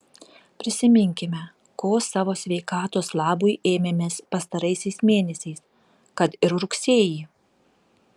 prisiminkime ko savo sveikatos labui ėmėmės pastaraisiais mėnesiais kad ir rugsėjį